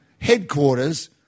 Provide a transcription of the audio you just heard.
headquarters